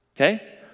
okay